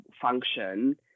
function